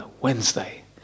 Wednesday